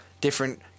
different